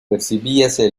percibíase